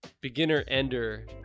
beginner-ender